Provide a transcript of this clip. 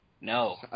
No